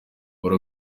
buri